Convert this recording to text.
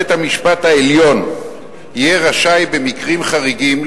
בית-המשפט העליון יהיה רשאי במקרים חריגים,